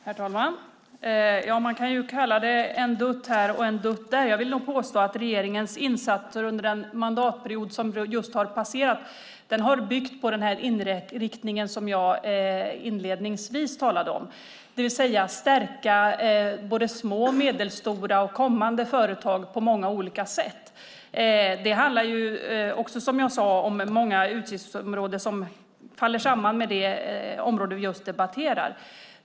Herr talman! Man kan ju kalla det en dutt här och en dutt där. Jag vill påstå att regeringens insatser under den mandatperiod som just har passerat har byggt på den inriktning som jag talade om inledningsvis, det vill säga att stärka både små, medelstora och kommande företag på olika sätt. Det gäller, som jag sade, många utgiftsområden som sammanfaller med det vi just debatterar.